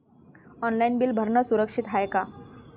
Online bill भरनं सुरक्षित हाय का?